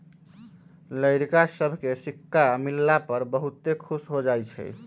लइरका सभके सिक्का मिलला पर बहुते खुश हो जाइ छइ